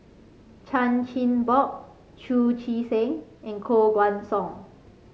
Chan Chin Bock Chu Chee Seng and Koh Guan Song